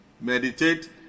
Meditate